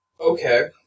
Okay